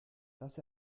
dass